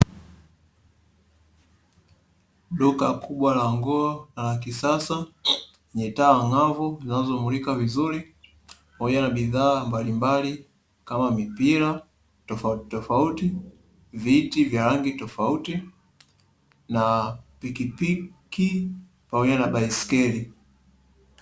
Duka kubwa la nguo na la kisasa lenye taa ang'avu zinazo mulika vizuri pamoja na bidhaa mbalimbali kama; mipira tofauti tofauti, viti vya rangi tofauti, na pikipiki pamoja na baisikeli.